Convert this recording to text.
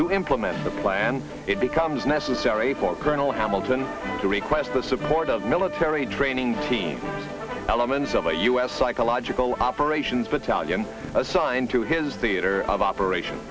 to implement the plan it becomes necessary for colonel hamilton to request the support of military training team elements of the u s psychological operations but talian assigned to his theater of operation